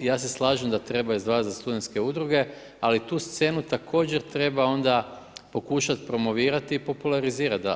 Ja se slažem da treba izdvajati za studentske udruge, ali tu scenu također treba onda pokušati promovirati i popularizirati